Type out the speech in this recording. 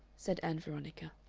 said ann veronica.